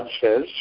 says